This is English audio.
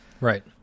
Right